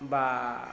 বা